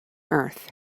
earth